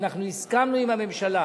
ואנחנו הסכמנו עם הממשלה: